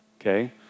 okay